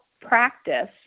practice